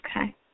Okay